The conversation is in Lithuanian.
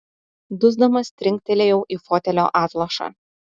dusdamas trinktelėjau į fotelio atlošą